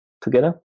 together